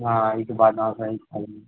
हँ ई तऽ बात अहाँ सही कहलियै